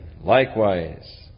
likewise